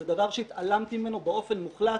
זה דבר שהתעלמתי ממנו באופן מוחלט,